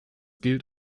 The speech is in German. gilt